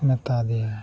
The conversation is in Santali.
ᱢᱮᱛᱟ ᱫᱮᱭᱟ